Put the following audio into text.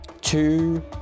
two